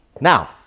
Now